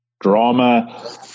drama